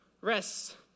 rest